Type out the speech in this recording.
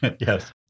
Yes